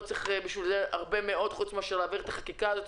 לא צריך בשביל זה הרבה מאוד חוץ מאשר להעביר את החקיקה הזאת,